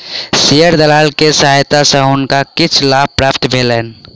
share दलाल के सहायता सॅ हुनका किछ लाभ प्राप्त भेलैन